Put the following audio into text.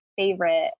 favorite